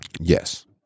Yes